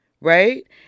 right